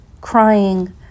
crying